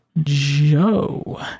Joe